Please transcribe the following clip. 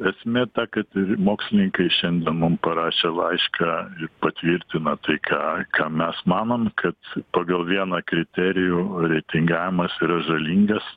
esmė ta kad mokslininkai šiandien mum parašė laišką ir patvirtina tai ką mes manom kad pagal vieną kriterijų reitingavimas yra žalingas